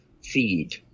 feed